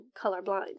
colorblind